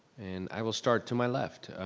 and i will start to my left,